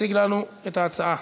יציג לנו את ההצעה.